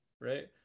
right